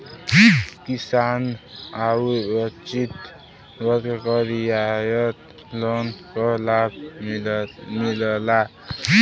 किसान आउर वंचित वर्ग क रियायत लोन क लाभ मिलला